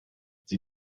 sie